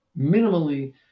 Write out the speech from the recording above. minimally